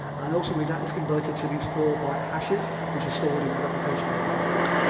and also with that it's converted so these four byte hashes which is stored in the reputation databases.